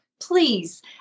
Please